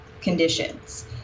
conditions